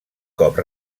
cop